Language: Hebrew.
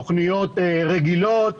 תוכניות רגילות,